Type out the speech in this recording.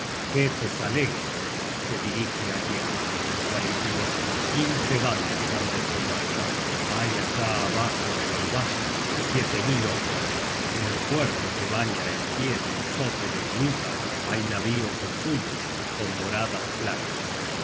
jefes alegres se dirigen á tierra quince bandas han desembarcado hay allá abajo en el valle siete mil hombres en el puerto que baña el pie del soto de hnipa hay navíos azules con doradas placas